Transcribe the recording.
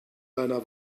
deiner